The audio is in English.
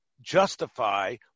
justify